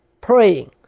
Praying